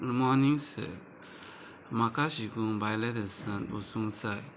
morning sir म्हाका शिकूंक बायले देसान वसूंक साय